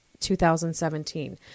2017